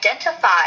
identify